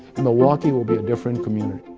and milwaukee will be a different community.